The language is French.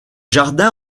jardins